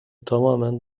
tamamen